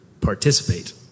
participate